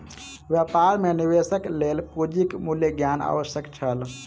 व्यापार मे निवेशक लेल पूंजीक मूल्य ज्ञान आवश्यक छल